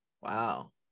Wow